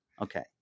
Okay